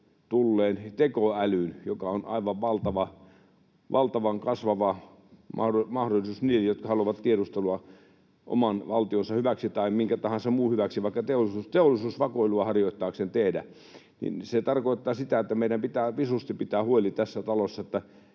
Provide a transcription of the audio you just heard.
tulleen tekoälyn, joka on aivan valtavan kasvava mahdollisuus niille, jotka haluavat tehdä tiedustelua oman valtionsa hyväksi tai minkä tahansa muun hyväksi, vaikka teollisuusvakoilua harjoittaakseen. Se tarkoittaa sitä, että meidän pitää visusti pitää huoli tässä talossa, että